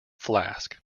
flask